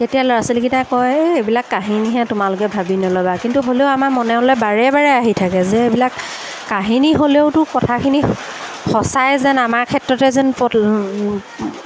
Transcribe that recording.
তেতিয়া ল'ৰা ছোৱালীকেইটাই কয় এই এইবিলাক কাহিনীহে তোমালোকে ভাবি নল'বা কিন্তু হ'লেও আমাৰ মনে হ'লে বাৰে বাৰে আহি থাকে যে এইবিলাক কাহিনী হ'লেওতো কথাখিনি সঁচাই যেন আমাৰ ক্ষেত্ৰতে যেন